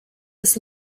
was